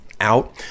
out